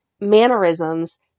mannerisms